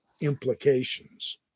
implications